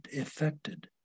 affected